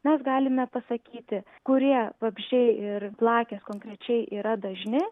mes galime pasakyti kurie vabzdžiai ir blakės konkrečiai yra dažni